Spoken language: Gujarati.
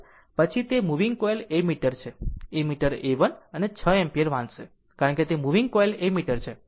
પછી તે મુવીગ કોઇલ એમીટર છે એમીટર A 1 એ 6 એમ્પીયર વાંચશે કારણ કે તે મુવીગ કોઇલ એમીટર છે આ DC છે